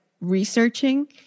researching